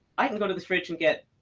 i can go to the fridge and get